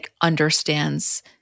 understands